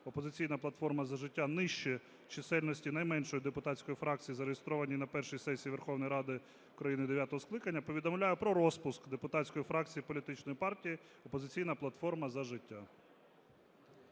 "Опозиційна платформа - За життя" нижче чисельності найменшої депутатської фракції, зареєстрованій на першій сесії Верховної Ради України дев'ятого скликання, повідомляю про розпуск депутатської фракції політичної партії "Опозиційна платформа - За життя".